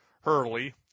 Hurley